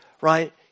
right